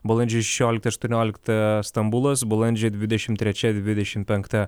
balandžio šešioliktą aštuonioliktą stambulas balandžio dvidešim trečia dvidešim penkta